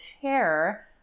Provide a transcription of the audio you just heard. chair